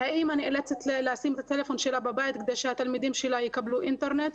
אימא נאלצת לשים את הטלפון שלה בבית כדי שהתלמידים שלה יקבלו אינטרנט.